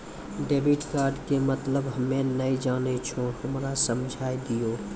Debit card के मतलब हम्मे नैय जानै छौ हमरा समझाय दियौ?